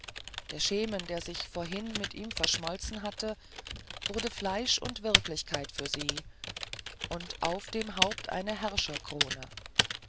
der schemen der sich vorhin mit ihm verschmolzen hatte wurde fleisch und wirklichkeit für sie und auf dem haupt eine